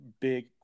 big